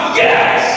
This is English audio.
yes